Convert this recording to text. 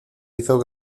hizo